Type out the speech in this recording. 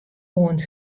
oant